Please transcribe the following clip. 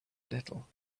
little